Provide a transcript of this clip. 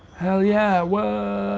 hell yeah, whaa!